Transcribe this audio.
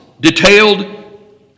detailed